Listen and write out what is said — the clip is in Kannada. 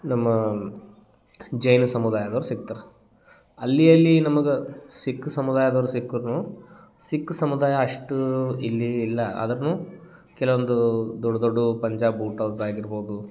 ನಮ್ಮ ಜೈನ ಸಮುದಾಯದವರು ಸಿಕ್ತ್ರು ಅಲ್ಲಿ ಅಲ್ಲಿ ನಮಗೆ ಸಿಕ್ ಸಮುದಾಯದವರಯ ಸಿಕ್ರುನು ಸಿಕ್ ಸಮುದಾಯ ಅಷ್ಟೂ ಇಲ್ಲಿ ಇಲ್ಲ ಆದರೂನು ಕೆಲವೊಂದು ದೊಡ್ಡ ದೊಡ್ಡು ಪಂಜಾಬ್ ಬುಟೋಸ್ ಆಗಿರ್ಬೋದು